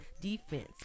defense